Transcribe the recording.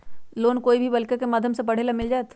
Loan कोई भी बालिका के माध्यम से पढे ला मिल जायत?